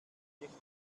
nicht